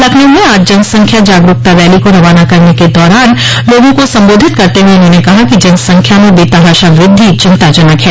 लखनऊ में आज जनसंख्या जागरूकता रैली को रवाना करने के दौरान लोगों को संबोधित करते हुए उन्होंने कहा कि जनसंख्या में बेतहाशा वृद्धि चिंताजनक है